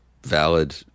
valid